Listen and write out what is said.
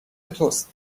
توست